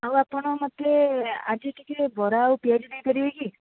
ଆଉ ଆପଣ ମତେ ଆଜି ଟିକିଏ ବରା ଓ ପିଆଜି ଦେଇପାରିବେ କି